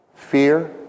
Fear